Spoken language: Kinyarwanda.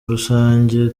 rusange